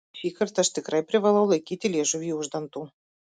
šįkart aš tikrai privalau laikyti liežuvį už dantų